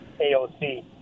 AOC